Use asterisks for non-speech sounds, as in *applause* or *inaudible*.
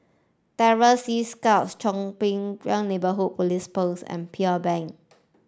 Terror Sea Scouts Chong Pang *unintelligible* Neighbourhood Police Post and Pearl Bank